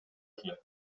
бергиле